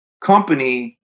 company